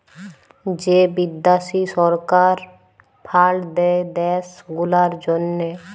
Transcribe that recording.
যে বিদ্যাশি সরকার ফাল্ড দেয় দ্যাশ গুলার জ্যনহে